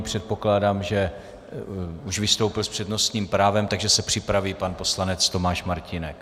Předpokládám, že už vystoupil s přednostním právem, takže se připraví pan poslanec Tomáš Martínek.